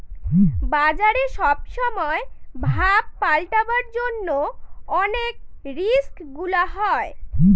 বাজারে সব সময় ভাব পাল্টাবার জন্য অনেক রিস্ক গুলা হয়